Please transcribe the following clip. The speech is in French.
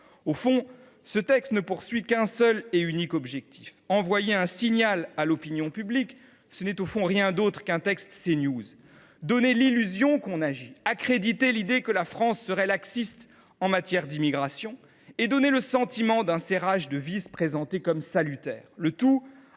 Au fond, ce texte ne vise qu’un seul et unique objectif : envoyer un signal à l’opinion publique. Ce n’est rien d’autre qu’un texte CNews : il vise à créer l’illusion qu’on agit, à accréditer l’idée que la France serait laxiste en matière d’immigration et à donner le sentiment d’un serrage de vis présenté comme salutaire.